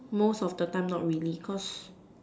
most of the time not really cause